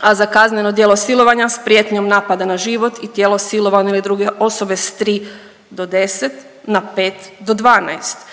a za kazneno djelo silovanja s prijetnjom napada na život i tijelo silovane ili druge osobe s 3 do 10 na 5 do 12, kao